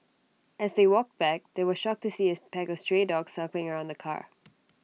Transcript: as they walked back they were shocked to see A pack of stray dogs circling around the car